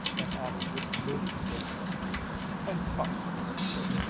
and added with moody indifference and cocktails too.